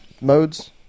modes